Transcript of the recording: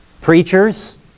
preachers